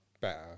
better